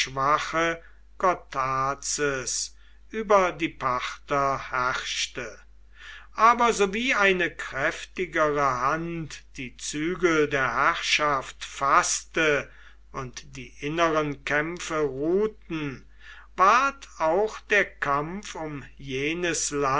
schwache gotarzes über die parther herrschte aber sowie eine kräftigere hand die zügel der herrschaft faßte und die inneren kämpfe ruhten ward auch der kampf um